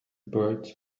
birds